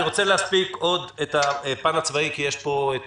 אני רוצה להספיק עוד את הפן הצבאי כי יש פה את